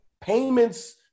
payments